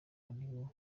ariko